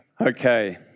Okay